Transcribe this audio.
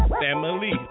Family